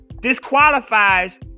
disqualifies